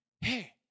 Hey